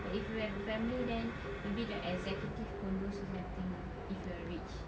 but if you have a family then maybe the executive condos or something ah if you're rich